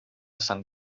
saint